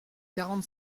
quarante